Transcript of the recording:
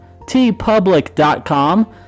tpublic.com